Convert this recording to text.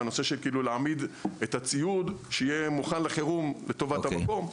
להעמיד את הציוד שיהיה מוכן לחירום לטובת המקום.